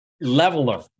leveler